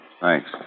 Thanks